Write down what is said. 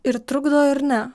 ir trukdo ir ne